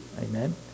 Amen